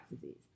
disease